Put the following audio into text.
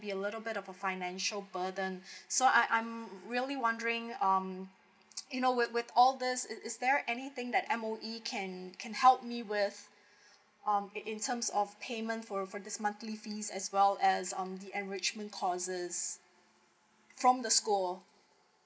be a little bit of financial burden so I I'm really wondering um you know with with all these is there anything that M_O_E can can help me with um in terms of payment for for this monthly fees as well as um the enrichment courses from the school